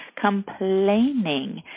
complaining